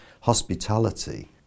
hospitality